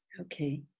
Okay